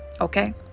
Okay